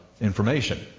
information